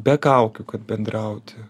be kaukių kad bendrauti